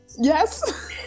Yes